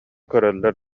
көрөллөр